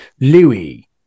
Louis